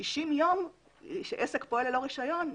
60 ימים עסק פועל ללא רישיון.